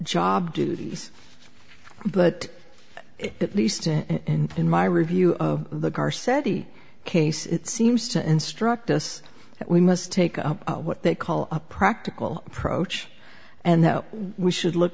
job duties but at least and in my review of the car said the case it seems to instruct us that we must take up what they call a practical approach and that we should look